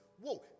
whoa